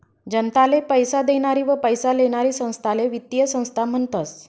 जनताले पैसा देनारी व पैसा लेनारी संस्थाले वित्तीय संस्था म्हनतस